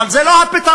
אבל זה לא הפתרון,